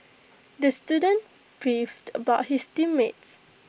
the student beefed about his team mates